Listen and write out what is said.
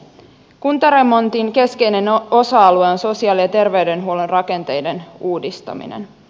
kuntaremontin keskeinen osa alue on sosiaali ja terveydenhuollon rakenteiden uudistaminen